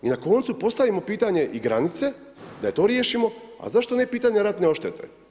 I na koncu postavimo pitanje i granice, da i to riješimo, a zašto ne pitanje ratne odštete.